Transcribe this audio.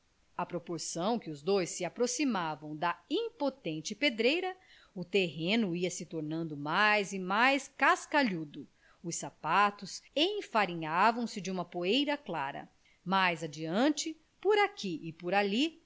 à proporção que os dois se aproximavam da imponente pedreira o terreno ia-se tornando mais e mais cascalhudo os sapatos enfarinhavam se de uma poeira clara mais adiante por aqui e por ali